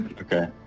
Okay